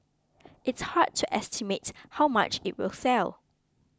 it's hard to estimate how much it will sell